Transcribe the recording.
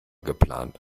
geplant